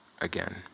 again